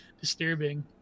disturbing